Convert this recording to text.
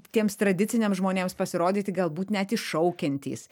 tiems tradiciniams žmonėms pasirodyti galbūt net iššaukiantys